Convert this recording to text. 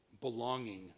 Belonging